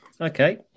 Okay